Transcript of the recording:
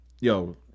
yo